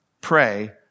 Pray